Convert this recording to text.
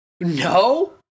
No